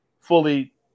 fully